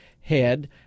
head